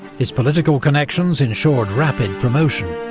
his political connections ensured rapid promotion,